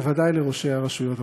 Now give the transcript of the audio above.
ובוודאי לראשי הרשויות המקומיות.